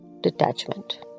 detachment